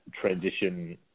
transition